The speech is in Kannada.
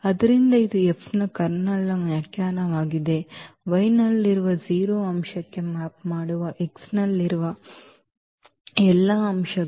ಆದ್ದರಿಂದ ಇದು F ನ ಕರ್ನಲ್ನ ವ್ಯಾಖ್ಯಾನವಾಗಿದೆ Y ನಲ್ಲಿರುವ 0 ಅಂಶಕ್ಕೆ ಮ್ಯಾಪ್ ಮಾಡುವ X ನಲ್ಲಿರುವ ಎಲ್ಲಾ ಅಂಶಗಳು